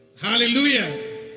Hallelujah